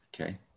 Okay